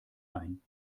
ein